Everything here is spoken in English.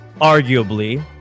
arguably